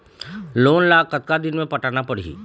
Loan ला कतका दिन मे पटाना पड़ही?